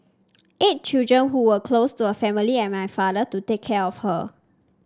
eight children who were close to her family and my father to take care of her